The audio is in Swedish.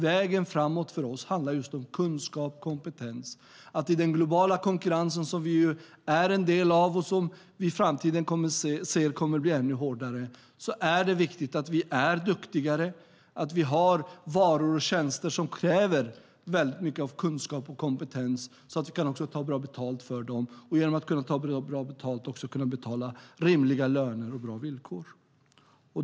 Vägen framåt för oss handlar om just kunskap och kompetens. I den globala konkurrens som vi är en del av, och som vi i framtiden ser kommer att bli ännu hårdare, är det viktigt att vi är duktigare och att vi har varor och tjänster som kräver mycket av kunskap och kompetens så att vi också kan ta bra betalt för dem. Och genom att kunna ta bra betalt för dem kan vi också betala rimliga löner och ge bra villkor.